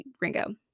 Ringo